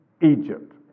Egypt